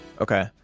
Okay